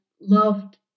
loved